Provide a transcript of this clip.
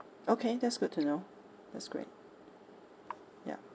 okay that's good to know that's great ya